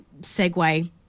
segue